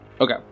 Okay